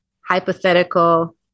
hypothetical